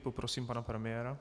Poprosím pana premiéra.